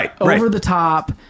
over-the-top